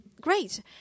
great